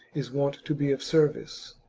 is wont to be of service.